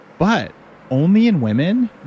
but only in women,